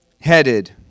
headed